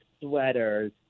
sweaters